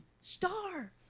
star